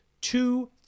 two